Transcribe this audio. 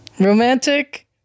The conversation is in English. Romantic